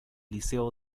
liceo